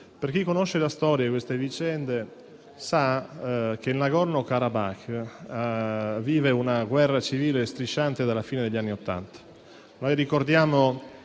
Chi conosce la storia delle vicende in questione sa che il *Nagorno-Karabakh* vive una guerra civile strisciante dalla fine degli anni Ottanta.